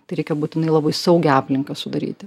tai reikia būtinai labai saugią aplinką sudaryti